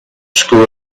school